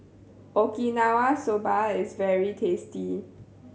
Okinawa Soba is very tasty